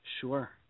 Sure